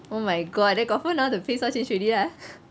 oh my god then confirm now the face all change already lah